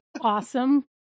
awesome